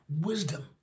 wisdom